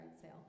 sale